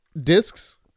discs